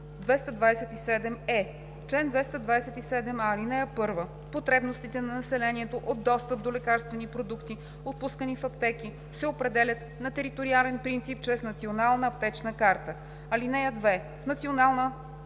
227а - 227е: „Чл. 227а. (1) Потребностите на населението от достъп до лекарствени продукти, отпускани в аптеки, се определят на териториален принцип чрез Национална аптечна карта. (2) В Националната аптечна карта